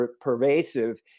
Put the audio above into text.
pervasive